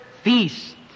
feast